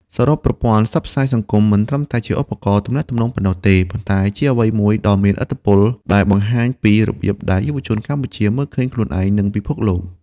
សរុប ប្រព័ន្ធផ្សព្វផ្សាយសង្គមមិនត្រឹមតែជាឧបករណ៍ទំនាក់ទំនងប៉ុណ្ណោះទេ ប៉ុន្តែជាអ្វីមួយដ៏មានឥទ្ធិពលដែលបង្ហាញពីរបៀបដែលយុវជនកម្ពុជាមើលឃើញខ្លួនឯង និងពិភពលោក។